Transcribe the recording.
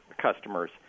customers